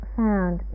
found